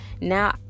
now